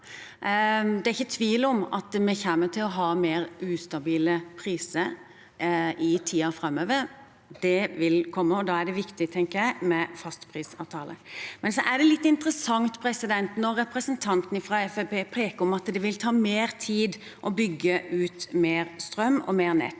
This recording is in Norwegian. Det er ingen tvil om at vi kommer til å ha mer ustabile priser i tiden framover. Det vil komme, og da er det viktig med fastprisavtaler. Det er litt interessant at representanten fra Fremskrittspartiet snakker om at det vil ta mer tid å bygge ut mer strøm og mer nett.